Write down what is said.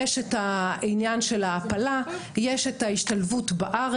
יש את העניין של ההעפלה, יש את ההשתלבות בארץ,